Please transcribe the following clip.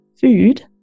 food